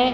ऐं